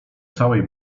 całej